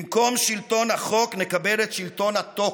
במקום שלטון החוק נקבל את שלטון ה-talk: